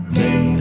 day